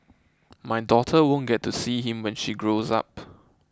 my daughter won't get to see him when she grows up